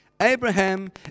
Abraham